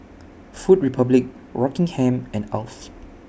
Food Republic Rockingham and Alf